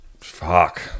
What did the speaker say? fuck